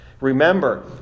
remember